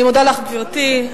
אני מודה לך, גברתי.